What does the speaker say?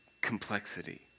complexity